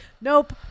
nope